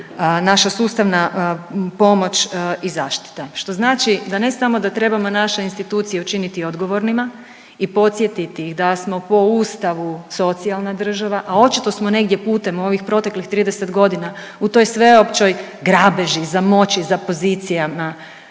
naša sustavna pomoć i zaštita. Što znači da ne samo da trebamo naše institucije učiniti odgovornima i podsjetiti ih da smo po Ustavu socijalna država, a očito smo negdje putem ovih proteklih 30 godina u toj sveopćoj grabeži za moći, za pozicijama